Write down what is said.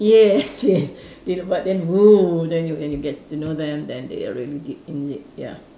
yes yes they but then !wow! then you when you get to know them then they are really deep in it ya